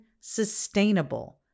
sustainable